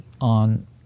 on